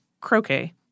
croquet